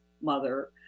mother